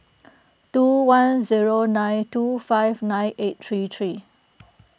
two one zero nine two five nine eight three three